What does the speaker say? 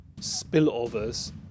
spillovers